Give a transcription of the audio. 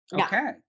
Okay